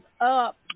up